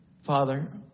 Father